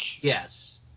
Yes